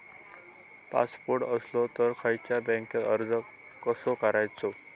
Passport असलो तर खयच्या बँकेत अर्ज कसो करायचो?